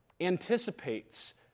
anticipates